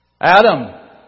Adam